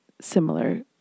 similar